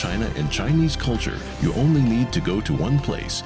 china in chinese culture you only need to go to one place